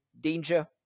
danger